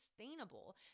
sustainable